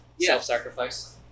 self-sacrifice